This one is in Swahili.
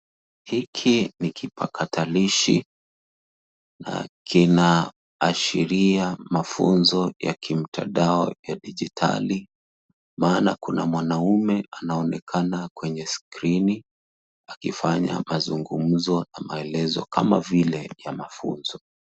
Hiki ni kipakatalishi na kina ashiria mafunzo ya kimtandao ya digitali maana kuna mwanaume anaonekana kwenye skrini akifanya mazungumzo na maelezo kama vile ya mafunzo.